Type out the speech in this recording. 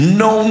no